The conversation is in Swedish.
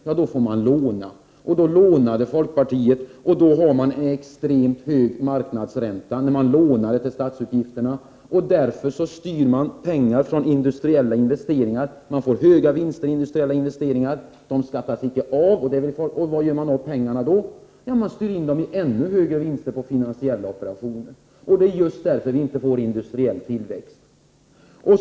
Men då får man låna, som folkpartiet gjorde. När man lånar till statsutgifterna får man extremt hög marknadsränta. Därför styrs pengar från industriella investeringar. Det ger höga vinster. De skattas icke av. Vad gör man då av pengarna? Jo, man styr in dem i ännu högre vinster genom finansiella operationer. Det är just därför vi inte får industriell tillväxt.